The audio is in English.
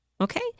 Okay